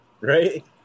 Right